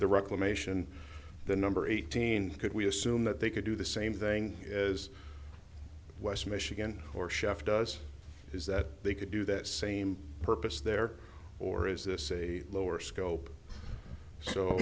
the reclamation the number eighteen could we assume that they could do the same thing as west michigan or chef does is that they could do that same purpose there or is this a lower scope so